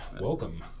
welcome